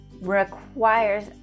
requires